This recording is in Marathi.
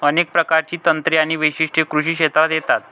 अनेक प्रकारची तंत्रे आणि वैशिष्ट्ये कृषी क्षेत्रात येतात